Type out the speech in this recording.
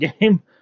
game